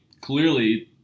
clearly